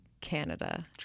Canada